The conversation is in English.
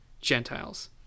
Gentiles